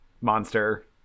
monster